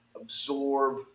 Absorb